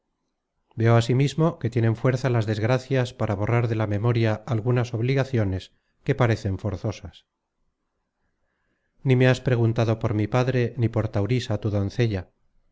veo asimismo que tienen fuerza las desgracias para borrar de la memoria algunas obligaciones que parecen forzosas ni me has preguntado por mi padre ni por taurisa tu doncella